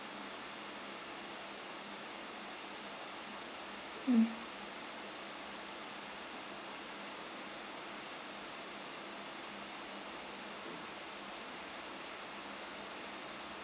mm